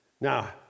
Now